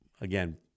again